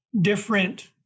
different